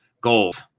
goals